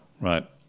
right